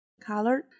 color